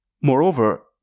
Moreover